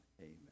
Amen